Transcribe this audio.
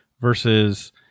versus